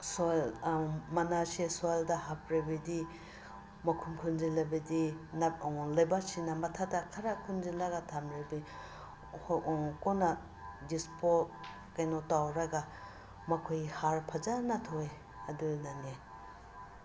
soil ꯃꯅꯥꯁꯦ ꯁꯣꯏꯜꯗ ꯍꯥꯞꯂꯕꯗꯤ ꯃꯈꯨꯝ ꯈꯨꯝꯖꯤꯜꯂꯕꯗꯤ ꯂꯩꯕꯥꯛꯁꯤꯡꯅ ꯃꯊꯛꯇ ꯈꯔ ꯈꯨꯝꯖꯤꯜꯂꯒ ꯊꯝꯂꯗꯤ ꯀꯣꯟꯅ ꯗꯤꯁꯄꯣ ꯀꯩꯅꯣ ꯇꯧꯔꯒ ꯃꯈꯣꯏ ꯍꯥꯔ ꯐꯖꯅ ꯊꯣꯛꯑꯦ ꯑꯗꯨꯅꯅꯦ